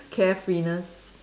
carefree-ness